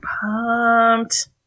pumped